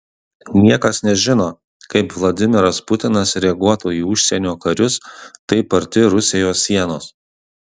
niekas nežino kaip vladimiras putinas reaguotų į užsienio karius taip arti rusijos sienos